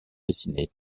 dessinées